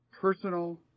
personal